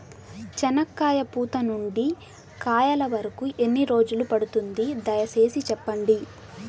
చెనక్కాయ పూత నుండి కాయల వరకు ఎన్ని రోజులు పడుతుంది? దయ సేసి చెప్పండి?